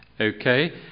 Okay